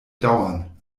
dauern